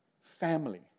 family